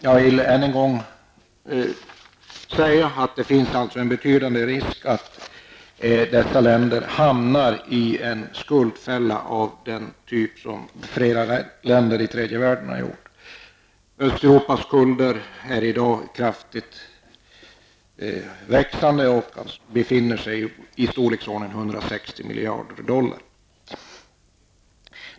Jag vill än en gång säga att det finns en betydande risk att dessa länder hamnar i en skuldfälla av den typ som flera länder i tredje världen har gjort. Östeuropas skulder är i dag kraftigt växande och är i storleksordningen 160 miljarder dollar.